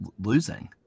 losing